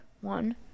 one